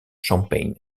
champaign